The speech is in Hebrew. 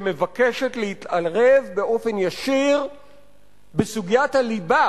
שמבקשת להתערב באופן ישיר בסוגיית הליבה